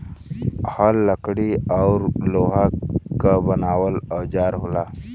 हल लकड़ी औरु लोहा क बनावल औजार होला